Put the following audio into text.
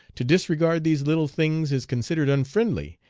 to disregard these little things is considered unfriendly,